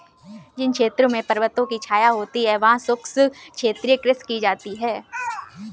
जिन क्षेत्रों में पर्वतों की छाया होती है वहां शुष्क क्षेत्रीय कृषि की जाती है